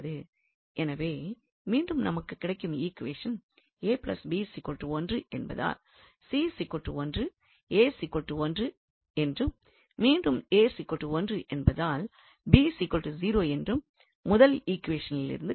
எனவே மீண்டும் நமக்கு கிடைக்கும் ஈக்வேஷன் என்பதால் என்றும் மீண்டும் என்பதால் என்றும் முதல் ஈக்வேஷனில் இருந்து கிடைக்கிறது